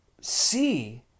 see